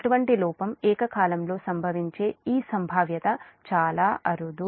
అటువంటి లోపం ఏకకాలంలో సంభవించే ఈ సంభావ్యత చాలా అరుదు